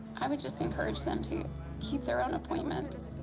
i would just encourage them to keep their own appointments,